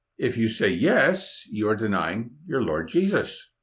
if you say, yes, you are denying your lord jesus.